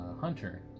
Hunter